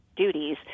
Duties